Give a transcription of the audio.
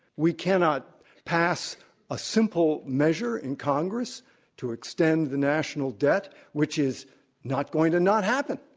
we cannot pass a simple measure in congress to extend the national debt, which is not going to not happen.